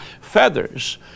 feathers